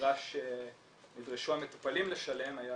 שנדרשו המטופלים לשלם היה